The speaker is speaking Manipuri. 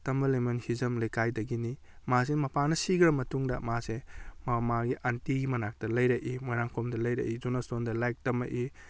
ꯍꯤꯖꯝ ꯂꯩꯀꯥꯏꯗꯒꯤꯅꯤ ꯃꯥꯁꯦ ꯃꯄꯥꯅ ꯁꯤꯈ꯭ꯔ ꯃꯇꯨꯡꯗ ꯃꯥꯁꯦ ꯃꯃꯥꯒꯤ ꯑꯟꯇꯤꯒꯤ ꯃꯅꯥꯛꯇ ꯂꯩꯔꯛꯏ ꯃꯣꯏꯔꯥꯡꯈꯣꯝꯗ ꯂꯩꯔꯛꯏ ꯖꯣꯅꯣꯁꯇꯣꯟꯗ ꯂꯥꯏꯔꯤꯛ ꯇꯝꯃꯛꯏ